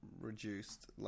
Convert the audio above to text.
reduced